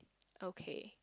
okay